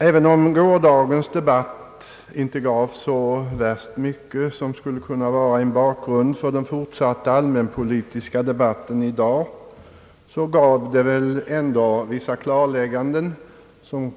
Även om gårdagens debatt inte gav så mycket som kan ligga till grund för den fortsatta allmänpolitiska debatten i dag ledde den ändå till vissa klarlägganden.